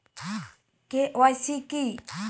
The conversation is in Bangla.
কে.ওয়াই.সি কি?